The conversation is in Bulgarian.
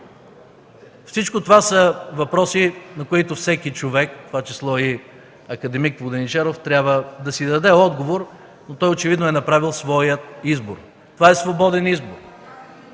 Всичко това са въпроси, на които всеки човек, в това число и акад. Воденичаров трябва да си даде отговор, но той очевидно е направил своя избор – това е свободен избор,